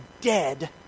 dead